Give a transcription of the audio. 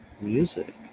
Music